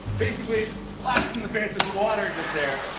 basically slapped in the face with water just there.